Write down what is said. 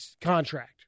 contract